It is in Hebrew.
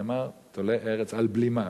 שנאמר "תֹלה ארץ על בלימה",